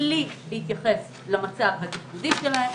בלי להתייחס למצב התפקודי שלהם.